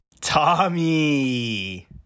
Tommy